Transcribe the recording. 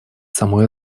самой